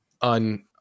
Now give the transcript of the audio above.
on